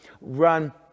run